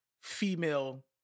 female